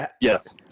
Yes